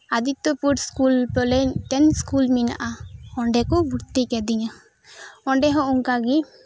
Adityapur school ᱵᱚᱞᱮ ᱢᱤᱫᱴᱮᱱ school ᱢᱮᱱᱟᱜᱼᱟ ᱚᱸᱰᱮ ᱠᱚ ᱵᱷᱚᱨᱛᱤ ᱠᱤᱫᱤᱧᱟ ᱚᱸᱰᱮ ᱦᱚᱸ ᱚᱱᱠᱟᱜᱮ